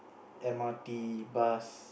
m_r_t bus